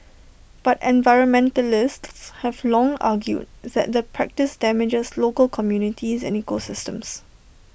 but environmentalists have long argued that the practice damages local communities and ecosystems